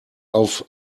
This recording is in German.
auf